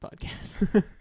podcast